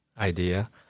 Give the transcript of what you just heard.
idea